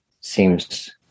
seems